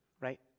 right